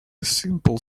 simple